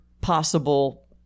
possible